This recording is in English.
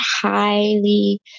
highly